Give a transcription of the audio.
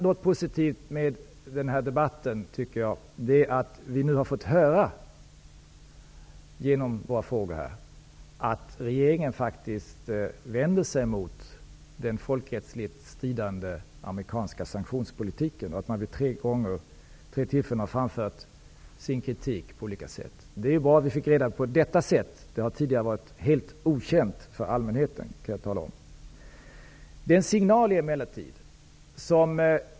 Något positivt med den här debatten tycker jag har varit att vi nu genom våra frågor har fått höra att regeringen faktiskt vänder sig mot den folkrättsligt stridande amerikanska sanktionspolitiken, och att man vid tre tillfällen har framfört sin kritik på olika sätt. Det var bra att vi fick reda på detta. Det har tidigare varit helt okänt för allmänheten, kan jag tala om.